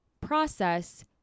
process